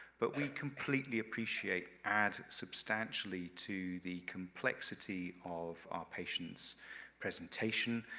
but we completely appreciate add substantially to the complexity of our patient's presentation,